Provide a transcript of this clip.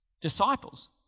disciples